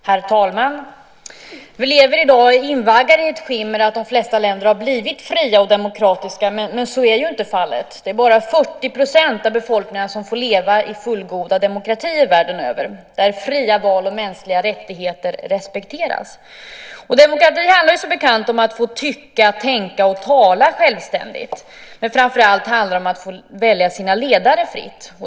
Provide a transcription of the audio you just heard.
Herr talman! Vi lever i dag invaggade i ett skimmer att de flesta länder har blivit fria och demokratiska, men så är ju inte fallet. Det är bara 40 % av befolkningarna världen över som får leva i fullgoda demokratier där fria val och mänskliga rättigheter respekteras. Demokrati handlar ju som bekant om att få tycka, tänka och tala självständigt, men framför allt handlar det om att få välja sina ledare fritt.